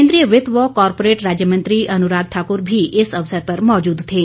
केंद्रीय वित्त व कॉरपोरेट राज्य मंत्री अन्राग ठाक्र भी इस अवसर पर मौजूद थे